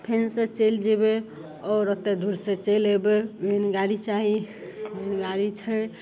फेनसँ चलि जेबय आओर ओते दूरसँ चलि अयबय मेन गाड़ी चाही मेन गाड़ी छै